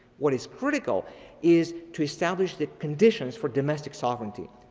what is critical is to establish the conditions for domestic sovereignty,